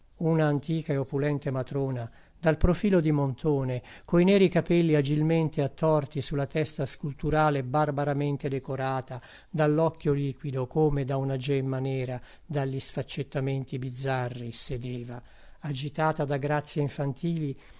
una antica e opulenta matrona dal profilo di montone coi neri capelli agilmente attorti sulla testa sculturale barbaramente decorata dall'occhio liquido come da una gemma nera dagli sfaccettamenti bizzarri sedeva agitata da grazie infantili